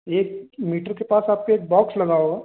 एक मटर के पास आपके एक बॉक्स लगा होगा